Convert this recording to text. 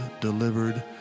delivered